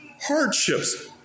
hardships